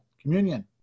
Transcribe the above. communion